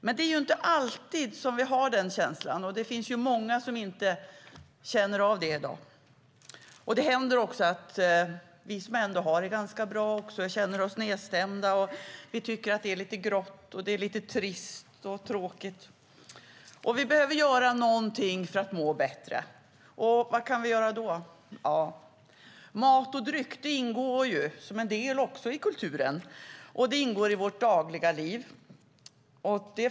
Men det är inte alltid vi har den känslan. Det finns många som inte känner så i dag. Det händer att även vi som trots allt har det ganska bra känner oss nedstämda och tycker att det är lite grått, lite trist och tråkigt. Vi behöver göra något för att må bättre. Vad kan vi då göra? Mat och dryck ingår som en del i kulturen, som en del i vårt dagliga liv.